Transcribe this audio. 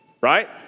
right